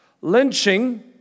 Lynching